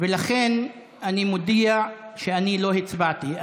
ולכן אני מודיע שאני לא הצבעתי.